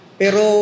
pero